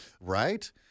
Right